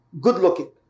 good-looking